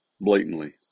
blatantly